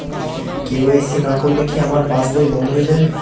KYC না করলে কি আমার পাশ বই বন্ধ হয়ে যাবে?